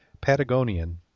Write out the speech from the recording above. Patagonian